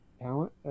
talent